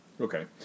Okay